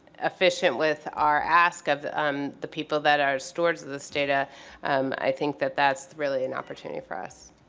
efficient with our ask of um the people that are storage of this data i think that that's really an opportunity for us.